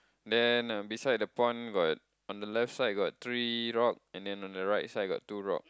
then uh beside the pond got on the left side got three rock and then on the right side got two rock